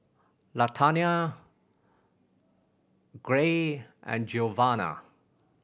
Latanya Gray and Giovanna